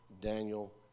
Daniel